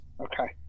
Okay